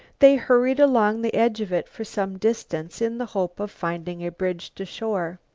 they hurried along the edge of it for some distance in the hope of finding a bridge to shore.